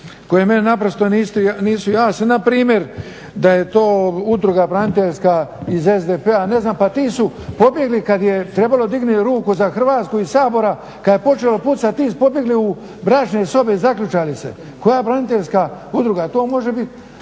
koje meni naprosto nisu jasne. Npr. da je to udruga braniteljska iz SDP-a, ne znam, pa ti su pobjegli kad je trebalo dignuti ruku za Hrvatsku iz Sabora, kad je počeo pucat, ti su pobjegli u bračne sobe i zaključali se, koja braniteljska udruga to može biti